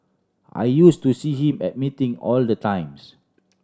I use to see him at meeting all the times